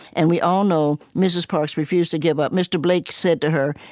and we all know mrs. parks refused to give up mr. blake said to her,